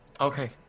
Okay